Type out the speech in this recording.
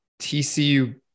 TCU –